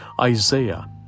Isaiah